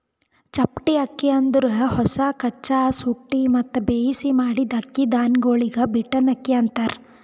ಚಪ್ಪಟೆ ಅಕ್ಕಿ ಅಂದುರ್ ಹೊಸ, ಕಚ್ಚಾ, ಸುಟ್ಟಿ ಮತ್ತ ಬೇಯಿಸಿ ಮಾಡಿದ್ದ ಅಕ್ಕಿ ಧಾನ್ಯಗೊಳಿಗ್ ಬೀಟನ್ ಅಕ್ಕಿ ಅಂತಾರ್